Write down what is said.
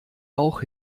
auch